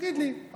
תגיד לי,